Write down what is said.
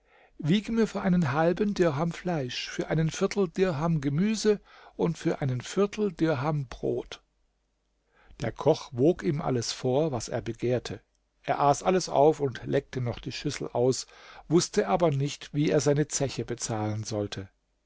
wiege mir für einen halben dirham fleisch für einen viertel dirham gemüse und für einen viertel dirham brot der koch wog ihm alles vor was er begehrte er aß alles auf und leckte noch die schüssel aus wußte aber nicht wie er seine zeche bezahlen sollte